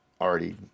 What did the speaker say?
already